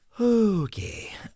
Okay